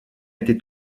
été